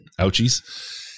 Ouchies